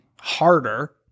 harder